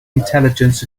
intelligence